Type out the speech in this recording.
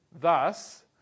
Thus